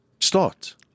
start